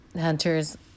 Hunter's